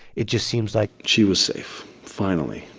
it just seems like. she was safe. finally,